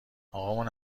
اقامون